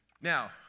now